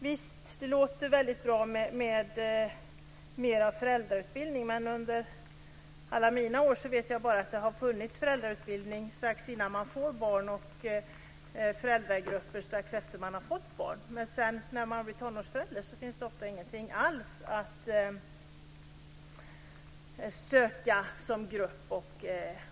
Visst låter det bra med mera föräldrautbildning, men under alla mina år har det såvitt jag vet bara funnits föräldrautbildning strax innan man får barn och föräldragrupper strax efter att man har fått barn. Sedan, när man har blivit tonårsförälder, finns det ofta inga grupper alls att söka sig till.